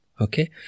okay